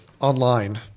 online